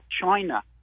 China